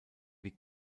wie